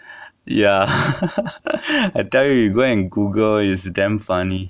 ya I tell you you go and google it's damn funny